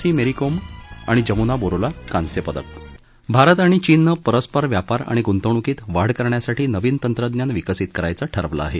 C Mary Kom आणि जमुना बोरोला कांस्यपदक भारत आणि चीननं परस्पर व्यापार आणि गुंतवणूकीत वाढ करण्यासाठी नविन तंत्र विकसित करायचं ठरवलं आहे